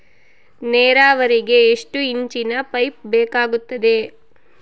ನೇರಾವರಿಗೆ ಎಷ್ಟು ಇಂಚಿನ ಪೈಪ್ ಬೇಕಾಗುತ್ತದೆ?